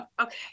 okay